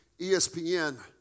ESPN